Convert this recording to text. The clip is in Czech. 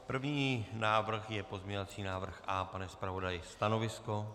První návrh je pozměňovací návrh A. Pane zpravodaji, stanovisko?